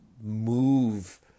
move